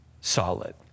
solid